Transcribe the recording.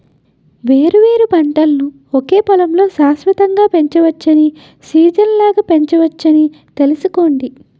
వేర్వేరు పంటలను ఒకే పొలంలో శాశ్వతంగా పెంచవచ్చని, సీజనల్గా పెంచొచ్చని తెలుసుకోండి